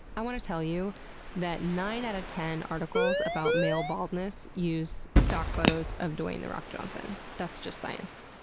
i want to tell you that nine out of ah ten articles about male baldness use stock photos of dwayne the rock johnson. that's just science.